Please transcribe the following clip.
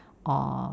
or